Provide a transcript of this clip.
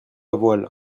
voile